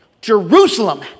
Jerusalem